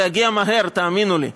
זה יגיע מהר, תאמינו לי.